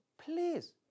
please